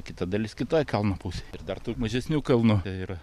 kita dalis kitoj kalno pusėj ir dar tų mažesnių kalnų yra